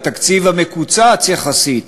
התקציב המקוצץ יחסית,